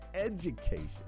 education